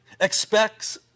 expects